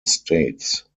states